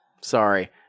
Sorry